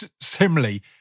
similarly